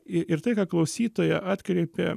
ir tai ką klausytoja atkreipė